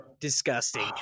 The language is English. disgusting